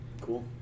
cool